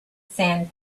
sand